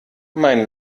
mein